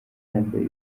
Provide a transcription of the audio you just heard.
yambaye